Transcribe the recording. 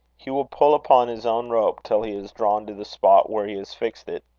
he will pull upon his own rope till he is drawn to the spot where he has fixed it.